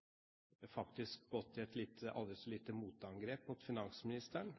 samferdselsministeren faktisk har gått til et aldri så lite motangrep på finansministeren